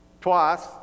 twice